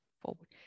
forward